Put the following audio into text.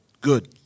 good